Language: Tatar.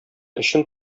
өчен